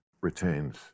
retains